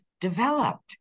developed